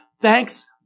thanks